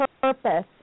purpose